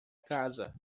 casa